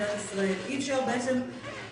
אני לא רוצה את זה,